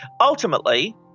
Ultimately